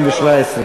לשנת הכספים 2014,